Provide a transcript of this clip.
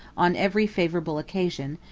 on every favorable occasion,